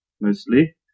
mostly